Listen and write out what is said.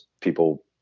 people